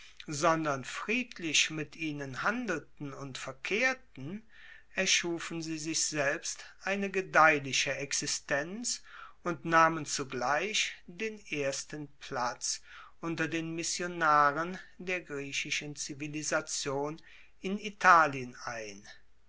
sondern friedlich mit ihnen handelten und verkehrten erschufen sie sich selbst eine gedeihliche existenz und nahmen zugleich den ersten platz unter den missionaren der griechischen zivilisation in italien ein